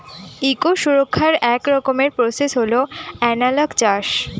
eco সুরক্ষার এক রকমের প্রসেস হল এনালগ চাষ